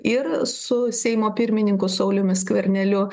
ir su seimo pirmininku sauliumi skverneliu